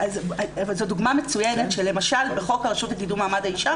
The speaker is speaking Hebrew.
זו דוגמה מצוינת שלמשל בחוק הרשות לקידום מעמד האישה